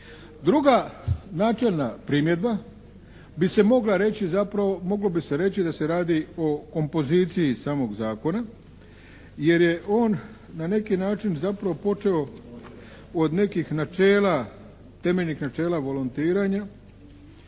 Druga načelna primjedba bi se mogla reći zapravo, moglo bi se reći da se radi o kompoziciji samog zakona jer je on na neki način zapravo počeo od nekih načela, temeljnih načela volontiranja,